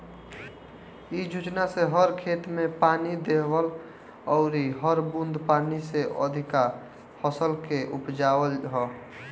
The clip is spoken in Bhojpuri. इ योजना से हर खेत में पानी देवल अउरी हर बूंद पानी से अधिका फसल के उपजावल ह